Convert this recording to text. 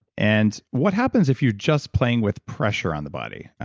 and what happens if you're just playing with pressure on the body?